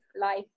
life